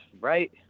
Right